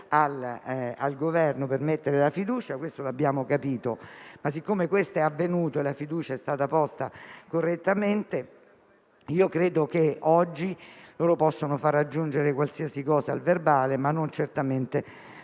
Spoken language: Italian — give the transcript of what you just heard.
di parlare per mettere la fiducia, questo l'abbiamo capito, ma siccome questo è avvenuto e la fiducia è stata posta correttamente, credo che oggi si possa far aggiungere qualsiasi cosa al verbale, ma non certamente